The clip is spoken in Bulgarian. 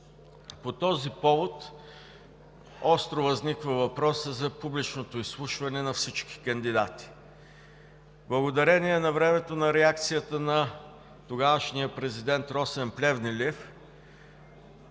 По този повод остро възниква въпросът за публичното изслушване на всички кандидати. Благодарение навремето на реакцията на тогавашния президент Росен Плевнелиев